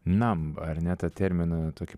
namb ar ne tą terminą tokį